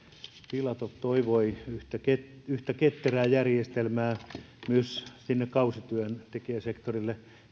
filatov toivoi yhtä ketterää järjestelmää myös kausityöntekijäsektorille